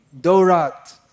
dorat